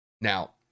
Now